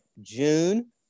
June